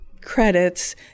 credits